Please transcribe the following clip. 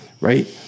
right